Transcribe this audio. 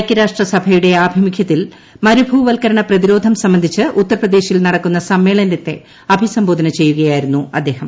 ഐക്യരാഷ്ട്രസഭയുടെ ആഭിമുഖ്യത്തിൽ മരുഭൂവൽക്കരണ പ്രതിരോധം സംബന്ധിച്ച് ഉത്തർപ്രദേശിൽ നിടുക്കുന്ന സമ്മേളനത്തെ അഭിസംബോധന ചെയ്യുകയായിരുന്നു അദ്ദേഹം